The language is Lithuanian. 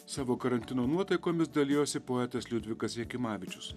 savo karantino nuotaikomis dalijosi poetas liudvikas jakimavičius